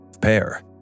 Pair